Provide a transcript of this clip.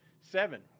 Seven